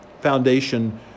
foundation